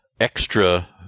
extra